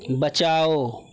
बचाओ